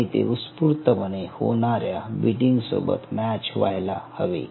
आणि ते उत्स्फूर्तपणे होणाऱ्या बिटिंग सोबत मॅच व्हायला हवे